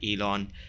elon